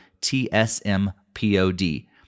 T-S-M-P-O-D